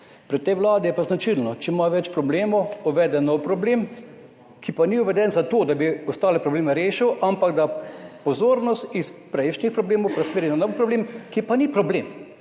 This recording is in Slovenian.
Pri tej Vladi je pa značilno, če ima več problemov, uvede nov problem, ki pa ni uveden zato, da bi ostale probleme rešil, ampak da pozornost iz prejšnjih problemov preusmeri na nov problem, ki pa ni problem,